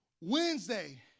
Wednesday